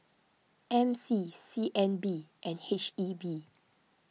M C C N B and H E B